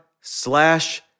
slash